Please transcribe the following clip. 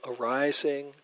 arising